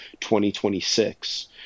2026